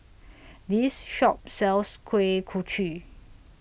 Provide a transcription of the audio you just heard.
This Shop sells Kuih Kochi